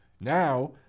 now